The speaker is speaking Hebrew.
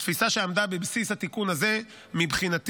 התפיסה שעמדה בבסיס התיקון הזה הייתה,